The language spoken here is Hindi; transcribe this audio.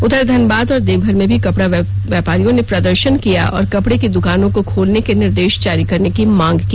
उधर धनबाद और देवघर में भी कपड़ा व्यापारियों ने प्रदर्शन किया और कपड़े की द्वकानों को खोलने के निर्देश जारी करने की मांग की